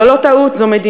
זו לא טעות, זו מדיניות